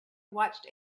watched